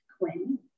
Quinn